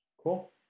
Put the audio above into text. Cool